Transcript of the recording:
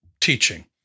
teaching